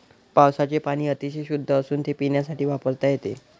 पावसाचे पाणी अतिशय शुद्ध असून ते पिण्यासाठी वापरता येते